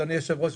אדוני היושב-ראש,